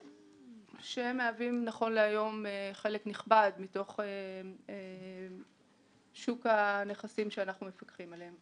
הן מהוות היום חלק נכבד מתוך שוק הנכסים שאנחנו מפקחים עליהם.